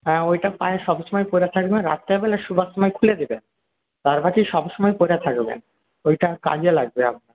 হ্যাঁ ওইটা পায়ে সবসময় পরে থাকবেন রাত্রেবেলা শোওয়ার সময়ে খুলে দেবেন আর বাকি সবসময় পরে থাকবেন ওইটা কাজে লাগবে আপনার